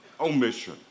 omission